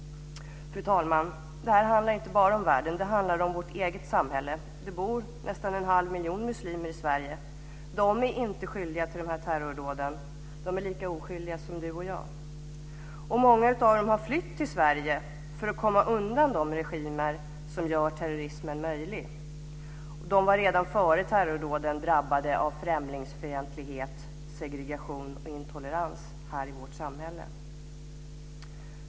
Fru talman! Det här handlar inte bara om världen, det handlar om vårt eget samhälle. Det bor nästan en halv miljon muslimer i Sverige. De är inte skyldiga till dessa terrordåd, de är lika oskyldiga som du och jag. Och många av dem har flytt till Sverige för att komma undan de regimer som gör terrorismen möjlig. De var redan före terrordåden drabbade av främlingsfientlighet, segregation och intolerans här i vårt samhälle.